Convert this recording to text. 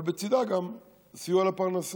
אבל בצידה גם סיוע לפרנסה.